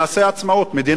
מדינה בתוך מדינה,